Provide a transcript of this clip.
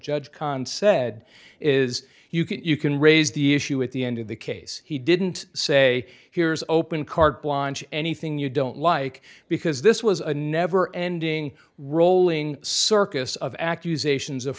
judge kahn said is you can you can raise the issue at the end of the case he didn't say here's open carte blanche anything you don't like because this was a never ending rolling circus of accusations of